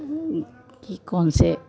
कि कौन से